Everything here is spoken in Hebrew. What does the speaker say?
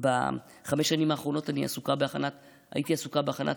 בחמש השנים האחרונות הייתי עסוקה בהכנת